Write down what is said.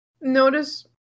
notice